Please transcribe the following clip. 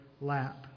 lap